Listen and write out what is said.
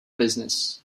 business